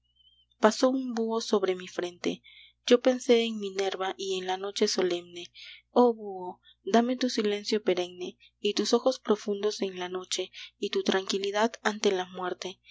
pasó un buho sobre mi frente yo pensé en minerva y en la noche solemne oh buho dame tu silencio perenne y tus ojos profundos en la noche y tu tranquilidad ante la muerte